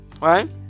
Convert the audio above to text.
Right